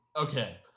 Okay